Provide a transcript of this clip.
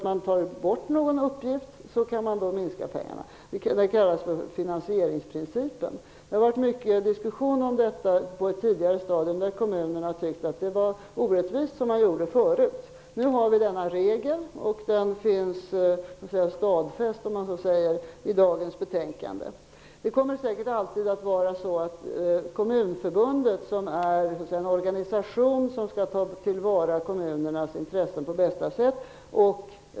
Om någon uppgift tas bort, kan man minska beloppet. Regeln kallas för finansieringsprincipen. Det var på ett tidigare stadium mycket diskussion om detta i kommunerna, eftersom man tyckte att det tidigare systemet var orättvist. Nu har vi denna regel, och den finns stadfäst i dagens betänkande. Kommunförbundet är den organisation som skall ta till vara kommunernas intressen på bästa sätt.